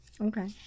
Okay